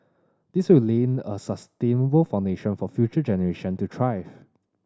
this will lay a sustainable foundation for future generation to thrive